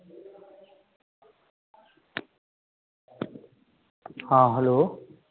हाँ हैलो